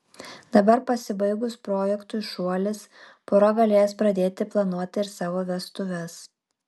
dabar pasibaigus projektui šuolis pora galės pradėti planuoti ir savo vestuves